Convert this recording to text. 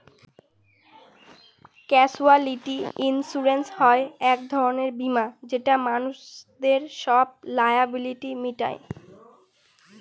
casualty insurance হয় এক ধরনের বীমা যেটা মানুষদের সব লায়াবিলিটি মিটায়